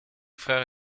frères